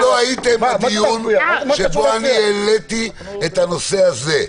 -- לא הייתם בדיון שבו העליתי את הנושא הזה.